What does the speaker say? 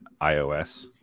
iOS